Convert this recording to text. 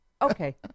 Okay